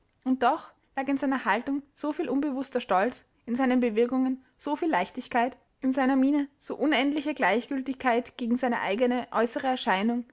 und doch lag in seiner haltung so viel unbewußter stolz in seinen bewegungen so viel leichtigkeit in seiner miene so unendliche gleichgiltigkeit gegen seine eigene äußere erscheinung